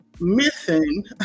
missing